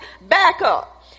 backup